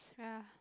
ya